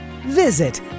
Visit